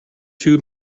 two